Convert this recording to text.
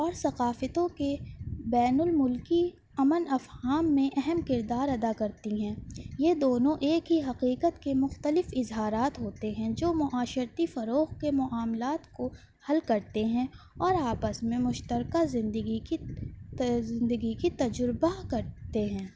اور ثقافتوں کے بین الملکی امن افہام میں اہم کردار ادا کرتی ہیں یہ دونوں ایک ہی حقیقت کے مختلف اظہارات ہوتے ہیں جو معاشرتی فروغ کے معاملات کو حل کرتے ہیں اور آپس میں مشترکہ زندگی کی زندگی کی تجربہ کرتے ہیں